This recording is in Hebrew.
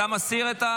אתה מסיר?